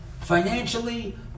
Financially